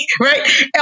Right